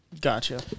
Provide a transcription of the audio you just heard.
gotcha